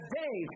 day